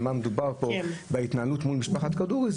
מה מדובר פה בהתנהלות מול משפחת כדורי.